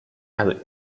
also